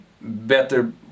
better